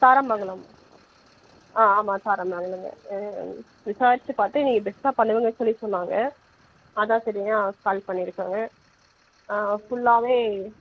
தாராமங்கலம் ஆ ஆமாம் தாராமங்கலங்க விசாரிச்சு பார்த்து நீங்கள் பெஸ்ட்டாக பண்ணுவிங்கன்னு சொல்லி சொன்னாங்க அதுதான் சரிங்க கால் பண்ணியிருக்கேங்க ஃபுல்லாகவே